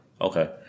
Okay